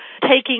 taking